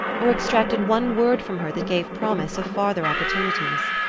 or extracted one word from her that gave promise of farther opportunities.